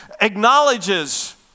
acknowledges